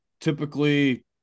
typically